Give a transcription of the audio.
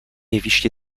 jeviště